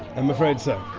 i'm afraid so.